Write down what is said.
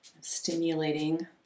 stimulating